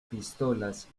pistolas